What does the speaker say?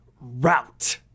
route